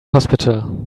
hospital